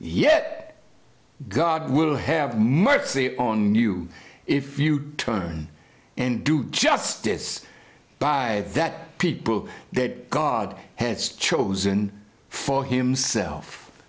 yet god will have mercy on you if you turn and do justice by that people that god has chosen for himself